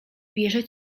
wierzę